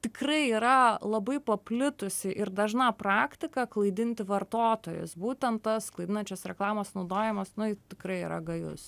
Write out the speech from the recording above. tikrai yra labai paplitusi ir dažna praktika klaidinti vartotojus būtent tas klaidinančios reklamos naudojimas nu tikrai yra gajus